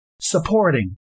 supporting